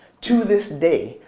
to this day,